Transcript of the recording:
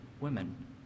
women